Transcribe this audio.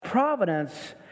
providence